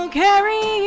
carry